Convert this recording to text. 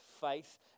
faith